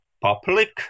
public